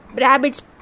rabbit's